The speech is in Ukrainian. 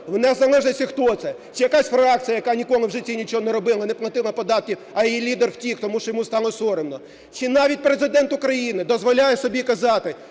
в незалежності хто це, чи якась фракція, яка ніколи в житті нічого не робила і не платила податків, а її лідер втік, тому що йому стало соромно, чи навіть Президент України дозволяє собі казати,